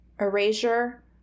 erasure